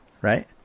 right